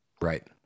Right